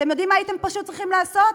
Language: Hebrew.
אתם יודעים מה הייתם פשוט צריכים לעשות?